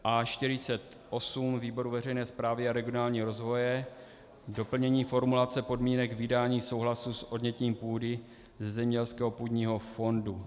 A48 výboru veřejné správy a regionálního rozvoje, doplnění formulace podmínek vydání souhlasu s odnětím půdy ze zemědělského půdního fondu.